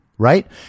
Right